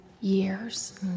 years